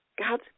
God